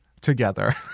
together